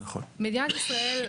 מדינת ישראל,